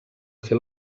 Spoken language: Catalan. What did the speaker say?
fer